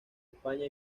españa